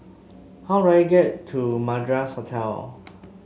how do I get to Madras Hotel